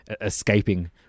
escaping